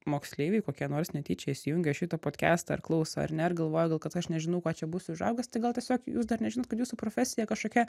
moksleiviai kokie nors netyčia įsijungę šitą podkestą ar klauso ar ne ir galvoja gal kad aš nežinau kuo čia būsiu užaugęs tai gal tiesiog jūs dar nežinot kad jūsų profesija kažkokia